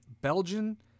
Belgian